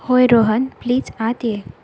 होय रोहन प्लीज आत ये